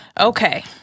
Okay